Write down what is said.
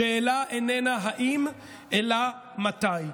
השאלה איננה האם אלא מתי.